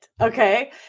Okay